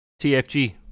TFG